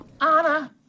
Anna